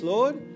Lord